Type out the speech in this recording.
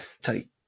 Take